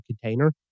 container